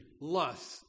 lust